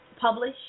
publish